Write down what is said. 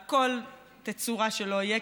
כל תצורה שלא תהיה,